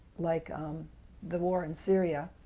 like um the war in syria,